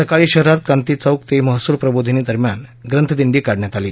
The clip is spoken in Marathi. सकाळी शहरात क्रांतीचौक ते महसूल प्रबोधिनी दरम्यान ग्रंथदिंडी काढण्यात आली